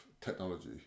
technology